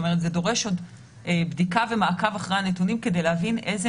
זה דורש עוד בדיקה ומעקב אחרי הנתונים כדי להבין איזה